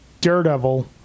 Daredevil